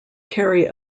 carry